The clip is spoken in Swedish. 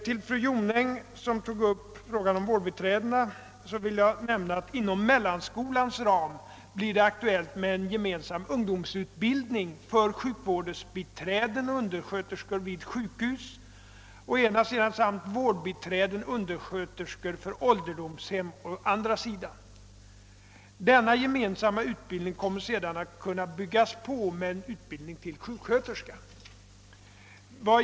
Till fru Jonäng, som tog upp frågan om vårdbiträdena, vill jag nämna att det inom mellanskolans ram är aktuellt att införa en gemensam utbildning för å ena sidan sjukvårdsbiträden och undersköterskor vid sjukhus samt å andra sidan vårdbiträden och undersköterskor vid ålderdomshem. Denna gemensamma utbildning kommer sedan att kunna kompletteras med en utbildning som ger sjuksköterskekompetens.